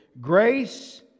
Grace